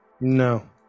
No